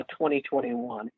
2021